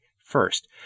first